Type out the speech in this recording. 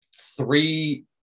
three